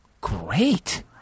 great